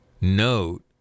Note